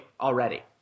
already